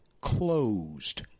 closed